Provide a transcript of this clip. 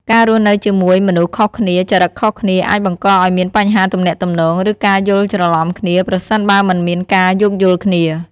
ការរស់នៅជាមួយមនុស្សខុសគ្នា ចរិតខុសគ្នា អាចបង្កឱ្យមានបញ្ហាទំនាក់ទំនង ឬការយល់ច្រឡំគ្នា ប្រសិនបើមិនមានការយោគយល់គ្នា ។